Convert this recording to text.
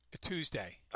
Tuesday